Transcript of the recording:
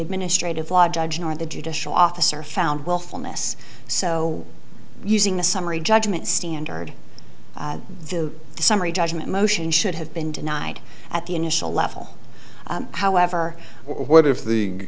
administrative law judge nor the judicial officer found willfulness so using a summary judgment standard to the summary judgment motion should have been denied at the initial level however what if the